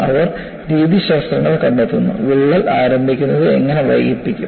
അവർ രീതിശാസ്ത്രങ്ങൾ കണ്ടെത്തുന്നു വിള്ളൽ ആരംഭിക്കുന്നത് എങ്ങനെ വൈകിപ്പിക്കും